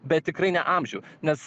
bet tikrai ne amžių nes